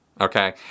okay